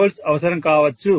3V అవసరం కావచ్చు